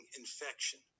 infection